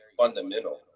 fundamental